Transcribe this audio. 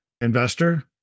investor